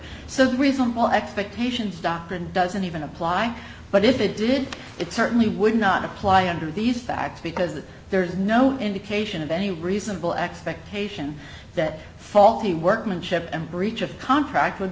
the reasonable expectations doctrine doesn't even apply but if it did it certainly would not apply under these facts because there is no indication of any reasonable expectation that faulty workmanship and breach of contract would